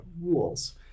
rules